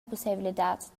pusseivladad